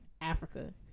Africa